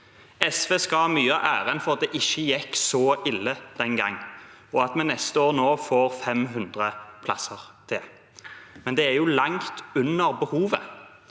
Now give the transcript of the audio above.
SV skal ha mye av æren for at det ikke gikk så ille den gangen, og at vi til neste år får 500 plasser til. Men det er jo langt unna behovet.